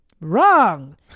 Wrong